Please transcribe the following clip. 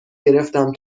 گرفتم